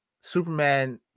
Superman